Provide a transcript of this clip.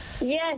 yes